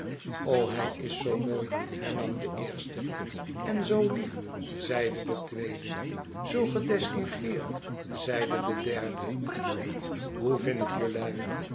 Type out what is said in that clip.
hij is zoo mooi hernam de eerste en zoo lief zeide de tweede zoo gedistingeerd zeide de derde hoe vindt jelui